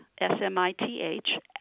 S-M-I-T-H